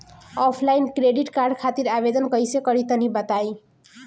Offline credit card खातिर आवेदन कइसे करि तनि बताई?